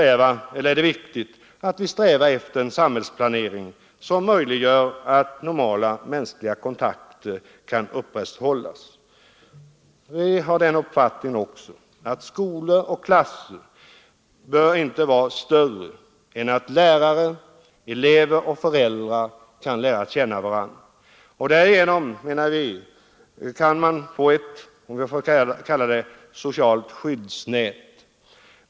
Även här är det viktigt att sträva efter en samhällsplanering som möjliggör att normala mänskliga kontakter kan upprätthållas. Vi har också den uppfattningen att skolor och klasser inte bör vara större än att lärare, elever och föräldrar kan lära känna varandra. Därigenom, menar vi, kan vi få ett socialt skyddsnät.